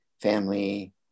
family